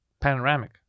Panoramic